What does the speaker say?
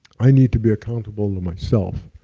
i need to be accountable to myself.